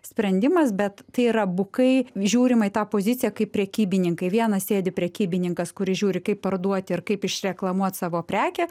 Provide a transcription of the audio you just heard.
sprendimas bet tai yra bukai žiūrima į tą poziciją kaip prekybininkai vienas sėdi prekybininkas kuris žiūri kaip parduoti ir kaip išreklamuot savo prekę